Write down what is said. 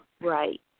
Right